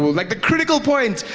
like the critical point,